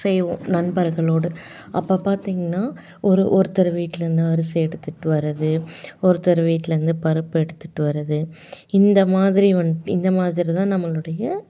செய்வோம் நண்பர்களோடு அப்போ பார்த்தீங்கன்னா ஒரு ஒருத்தர் வீட்டுலேருந்து அரிசி எடுத்துட்டு வர்றது ஒருத்தர் வீட்டுலேருந்து பருப்பு எடுத்துட்டு வர்றது இந்த மாதிரி வந்து இந்த மாதிரி தான் நம்மளுடைய